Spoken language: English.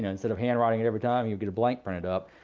instead of handwriting it every time, you'd get a blank printed up.